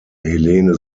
helene